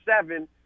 seven